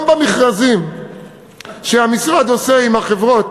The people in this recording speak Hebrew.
גם בהסכמים שהמשרד עושה עם החברות